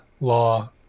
law